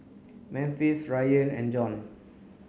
Memphis Rayan and John